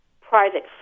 private